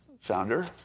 founder